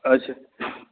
अच्छा